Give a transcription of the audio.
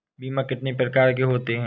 बीमा कितनी प्रकार के होते हैं?